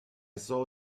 saw